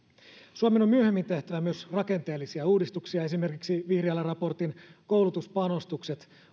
suomen on myöhemmin tehtävä myös rakenteellisia uudistuksia esimerkiksi vihriälän raportin koulutuspanostukset